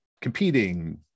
competing